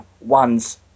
one's